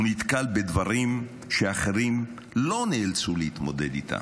הוא נתקל בדברים שאחרים לא נאלצו להתמודד איתם.